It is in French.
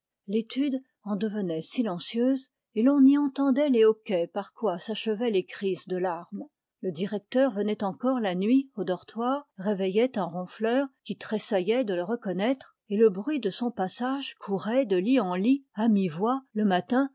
l'ëtude en devenait silencieuse et l'on y entendait les hoquets par quoi s'achè vent les crises de iarmes le directeur venait encore la nuit au dortoir réveillait un ronfleur qui tressaillait de le reconnaitre et le bruit de son passage courait de lit en lit mi-voix le matin